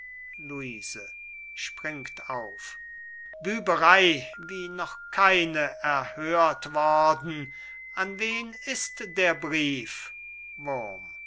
luise springt auf büberei wie noch keine erhört worden an wen ist der brief wurm